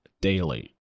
daily